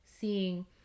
seeing